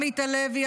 עמית הלוי,